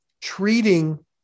treating